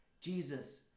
jesus